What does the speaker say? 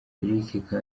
eric